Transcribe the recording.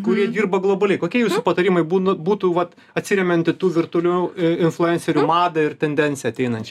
kurie dirba globaliai kokie jūsų patarimai būna būtų vat atsiremiant į tų virtualių i influencerių madą ir tendenciją ateinančią